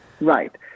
Right